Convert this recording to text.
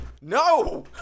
no